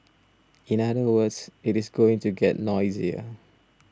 in other words it is going to get noisier